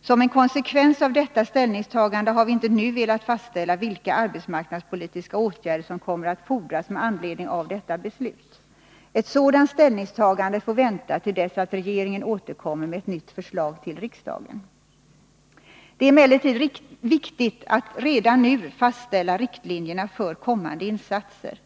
Som en konsekvens av detta ställningstagande har vi inte nu velat fastställa vilka arbetsmarknadspolitiska åtgärder som kommer att fordras med anledning av detta beslut. Ett sådant ställningstagande får vänta till dess att regeringen återkommer med ett nytt förslag till riksdagen. Det är emellertid viktigt att redan nu fastställa riktlinjerna för kommande insatser.